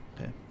Okay